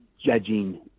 judging